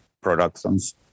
productions